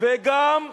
בגלל ההתנחלויות.